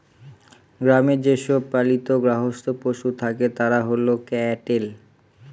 গ্রামে যে সব পালিত গার্হস্থ্য পশু থাকে তারা হল ক্যাটেল